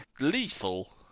lethal